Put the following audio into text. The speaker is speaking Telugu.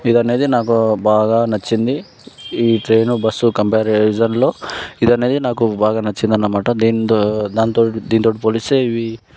ఇది అనేది నాకు బాగా నచ్చింది ఈ ట్రైను బస్సు కంపారిజన్లో ఇది అనేది నాకు బాగా నచ్చిందన్నమాట దీంతో దాంతో దీనితోటి పోలిస్తే